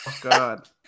god